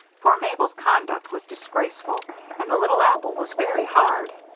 for mabel's conduct was disgraceful and the little apple was very hard.